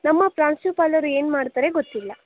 ನಮ್ಮ ಪ್ರಾಂಶುಪಾಲರು ಏನ್ಮಾಡ್ತಾರೆ ಗೊತ್ತಿಲ್ಲ